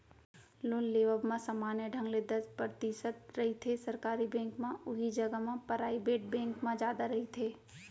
loan लेवब म समान्य ढंग ले दस परतिसत रहिथे सरकारी बेंक म उहीं जघा पराइबेट बेंक म जादा रहिथे